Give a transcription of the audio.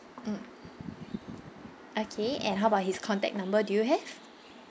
mm okay and how about his contact number do you have